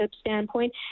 standpoint